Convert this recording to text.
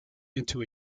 into